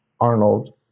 Arnold